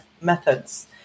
methods